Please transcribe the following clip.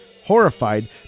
Horrified